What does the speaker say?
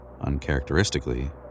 uncharacteristically